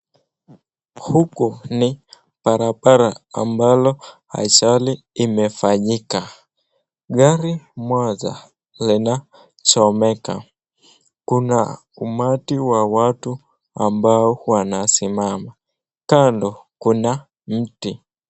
Huku ni barabara ambalo ajali imefanyika, gari moja inachomeka, kuna umati wa watu ambao wanasimama. kando kuna mti.